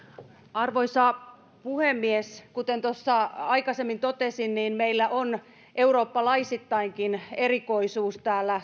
arvoisa puhemies kuten tuossa aikaisemmin totesin niin meillä on eurooppalaisittainkin erikoisuus täällä